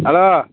hello